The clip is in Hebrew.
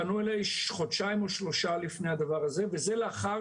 פנו אליי חודשיים או שלושה לפני הדבר הזה וזה לאחר